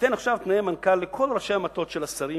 ייתן עכשיו תנאי מנכ"ל לכל ראשי המטות של השרים.